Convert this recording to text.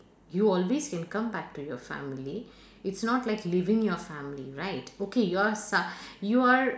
you always can come back to your family it's not like leaving your family right okay yours uh you are